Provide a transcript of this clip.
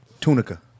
Tunica